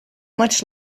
much